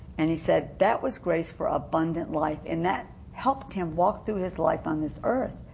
and he said that was grace for abundant life, and that helped him walk through his life on this earth.